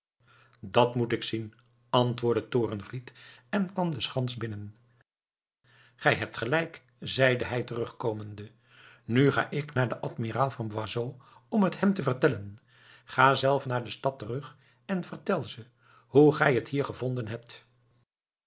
dat moet ik zien antwoordde torenvliet en kwam de schans binnen gij hebt gelijk zeide hij terugkomende nu ga ik naar den admiraal van boisot om het hem te vertellen ga zelf naar de stad terug en vertel ze hoe gij het hier gevonden hebt